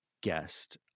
guest